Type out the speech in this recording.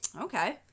okay